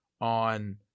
on